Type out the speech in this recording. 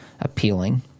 appealing